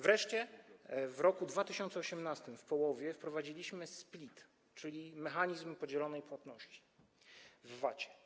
Wreszcie w roku 2018, w połowie, wprowadziliśmy split, czyli mechanizm podzielonej płatności w przypadku VAT.